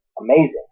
amazing